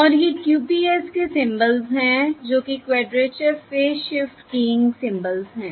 और ये QPSK symbols हैं जो कि quadrature phase shift keying symbols हैं